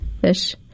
fish